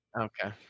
Okay